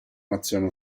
nazione